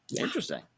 Interesting